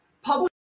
Public